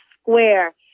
square